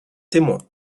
témoin